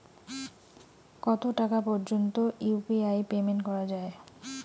কত টাকা পর্যন্ত ইউ.পি.আই পেমেন্ট করা যায়?